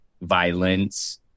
violence